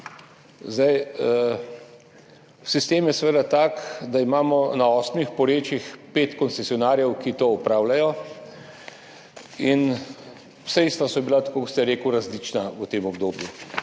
aktualno. Sistem je seveda tak, da imamo na osmih porečjih pet koncesionarjev, ki to opravljajo, in sredstva so bila, tako kot ste rekli, različna v tem obdobju,